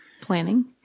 Planning